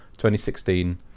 2016